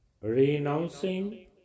Renouncing